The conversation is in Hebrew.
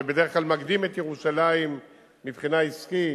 שבדרך כלל מקדים את ירושלים מבחינה עסקית,